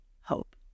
hope